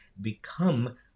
become